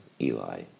Eli